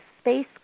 space